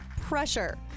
pressure